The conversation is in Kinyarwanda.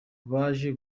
baje